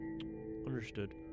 Understood